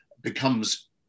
becomes